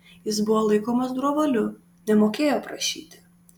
jis buvo laikomas drovuoliu nemokėjo prašyti